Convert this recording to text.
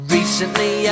Recently